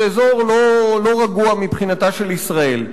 זה אזור לא רגוע מבחינתה של ישראל,